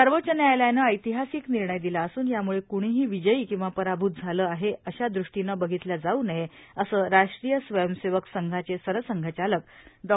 सर्वोच्च न्यायालयानं ऐतिहासिक निर्णय दिला असून यामुळे कुणीही विजयी किंवा पराभूत झालं आहे अशा दृष्टिनं बधितल्या जाऊ नये असं राष्ट्रीय स्वयंसेवक संघाचे सरसंघचालक डॉ